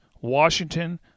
Washington